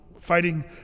fighting